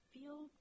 feel